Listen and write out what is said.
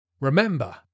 Remember